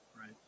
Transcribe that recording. Right